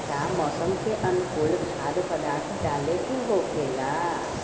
का मौसम के अनुकूल खाद्य पदार्थ डाले के होखेला?